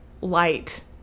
light